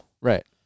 Right